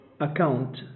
account